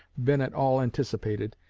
been at all anticipated,